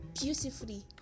beautifully